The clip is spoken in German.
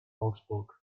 augsburg